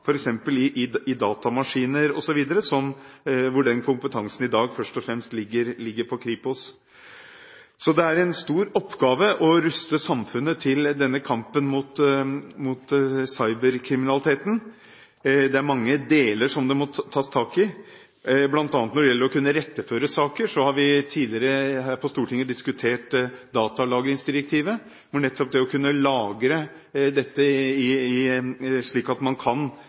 i datamaskiner. Den kompetansen ligger i dag først og fremst på Kripos. Det er en stor oppgave å ruste samfunnet til denne kampen mot cyberkriminaliteten. Det er mange deler det må tas tak i. Blant annet når det gjelder å kunne iretteføre saker, har vi på Stortinget tidligere diskutert datalagingsdirektivet. Der vil nettopp det å kunne lagre dette slik at man kan